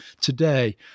today